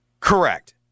Correct